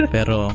Pero